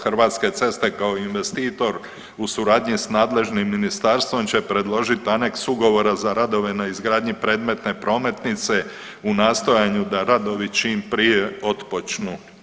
Hrvatske ceste kao investitor u suradnji s nadležnim ministarstvom će predložit aneks ugovora za radove na izgradnji predmetne prometnice u nastojanju da radovi čim prije otpočnu.